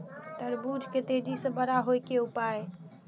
तरबूज के तेजी से बड़ा होय के उपाय?